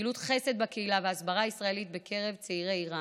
פעילות חסד בקהילה והסברה ישראלית בקרב צעירי איראן,